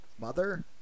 mother